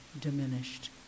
diminished